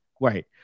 right